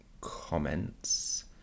comments